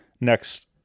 next